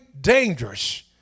dangerous